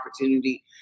opportunity